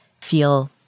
feel